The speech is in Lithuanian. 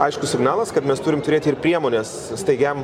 aiškus signalas kad mes turim turėti ir priemones staigiam